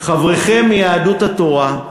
חבריכם מיהדות התורה,